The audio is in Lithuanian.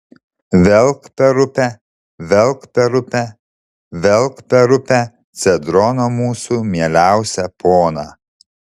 velk per upę velk per upę velk per upę cedrono mūsų mieliausią poną